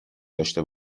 داشته